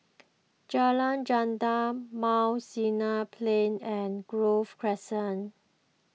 Jalan Gendang Mount Sinai Plain and Grove Crescent